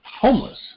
homeless